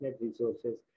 resources